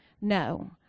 No